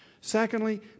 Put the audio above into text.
Secondly